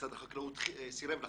משרד החקלאות סירב לחתום.